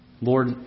Lord